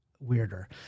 Weirder